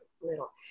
little